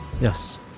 Yes